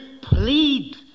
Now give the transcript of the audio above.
plead